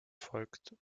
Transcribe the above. folgten